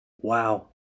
wow